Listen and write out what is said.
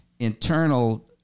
internal